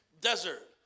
desert